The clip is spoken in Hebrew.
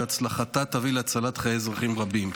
שהצלחתה תביא להצלת חיי אזרחים רבים.